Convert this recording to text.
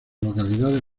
localidades